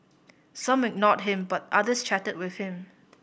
some ignored him but others chatted with him